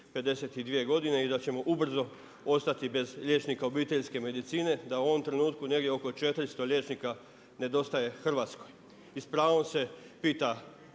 52 godine i da ćemo ubrzo ostati bez liječnika obiteljske medicine. Da u ovom trenutku negdje oko 400 liječnika nedostaje Hrvatskoj. I s pravom se pita